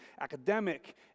academic